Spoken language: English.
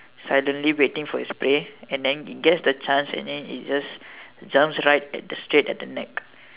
silently waiting for its prey and then it gets the chance and then it just jumps right at the straight at the neck